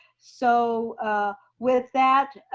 so with that,